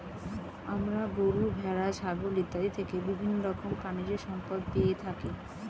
আমরা গরু, ভেড়া, ছাগল ইত্যাদি থেকে বিভিন্ন রকমের প্রাণীজ সম্পদ পেয়ে থাকি